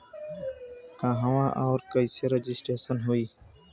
कहवा और कईसे रजिटेशन होई?